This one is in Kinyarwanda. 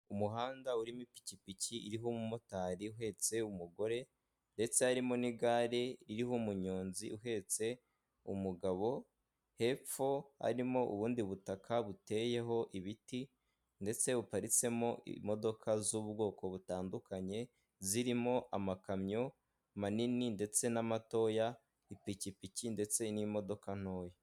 Umuhanda urimo ipikipiki iriho umu motari uhetse umugore ndetse harimo n'igare iriho umunyonzi uhetse umugabo, hepfo harimo ubundi butaka buteyeho ibiti ndetse uparitsemo imodoka z'ubwoko butandukanye zirimo amakamyo manini ndetse n'amatoya ipikipiki, ndetse n'imodoka ntoya